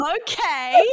Okay